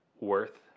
worth